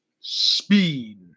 speed